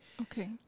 Okay